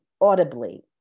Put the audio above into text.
audibly